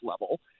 level